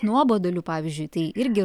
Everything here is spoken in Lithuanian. nuoboduliu pavyzdžiui tai irgi